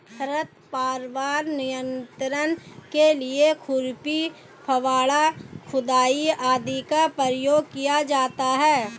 खरपतवार नियंत्रण के लिए खुरपी, फावड़ा, खुदाई आदि का प्रयोग किया जाता है